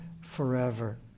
forever